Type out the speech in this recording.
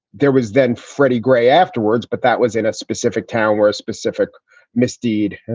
there was then freddie gray afterwards. but that was in a specific town where a specific misdeed,